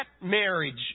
marriage